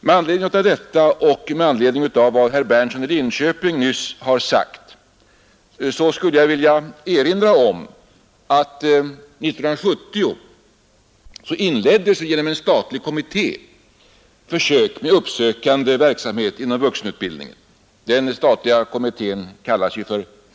Med anledning av detta och med anledning av vad herr Berndtson i Linköping nyss har sagt skulle jag vilja erinra om att år 1970 inleddes genom en statlig kommitté försök med uppsökande verksamhet inom vuxenutbildningen. Denna statliga kommitté kallade sig FÖVUX.